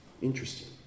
Interesting